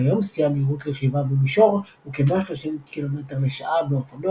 כיום שיא המהירות לרכיבה במישור הוא כ-130 קמ"ש באופנוח,